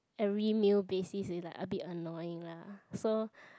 every meal basis is like a bit annoying lah so